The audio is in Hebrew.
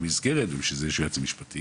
מישהו,